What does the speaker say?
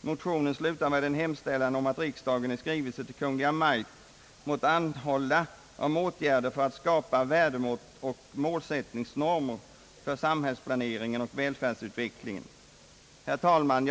Motionen slutar med en hemställan om att riksdagen i skrivelse till Kungl. Maj:t måtte anhålla om åtgärder för att skapa värdemått och målsättningsnormer för samhällsplaneringen och välfärdsutvecklingen.